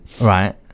Right